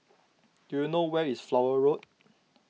do you know where is Flower Road